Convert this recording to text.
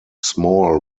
small